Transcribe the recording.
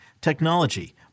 technology